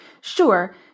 Sure